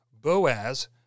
Boaz